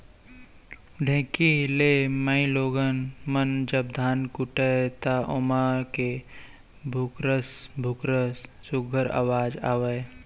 ढेंकी ले माईगोगन मन जब धान कूटय त ओमा ले भुकरस भुकरस सुग्घर अवाज आवय